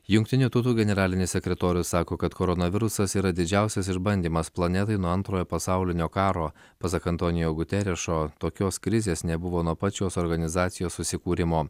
jungtinių tautų generalinis sekretorius sako kad koronavirusas yra didžiausias išbandymas planetoje nuo antrojo pasaulinio karo pasak antonijo guterešo tokios krizės nebuvo nuo pat šios organizacijos susikūrimo